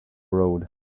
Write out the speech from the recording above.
road